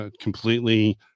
completely